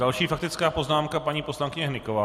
Další faktická poznámka, paní poslankyně Hnyková.